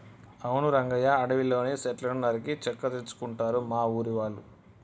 అవును రంగయ్య అడవిలోని సెట్లను నరికి చెక్క తెచ్చుకుంటారు మా ఊరి వాళ్ళు